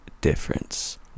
difference